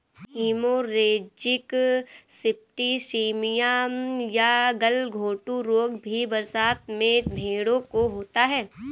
haemorrhagic septicaemia या गलघोंटू रोग भी बरसात में भेंड़ों को होता है